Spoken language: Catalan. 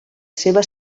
seva